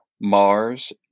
Mars